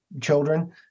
children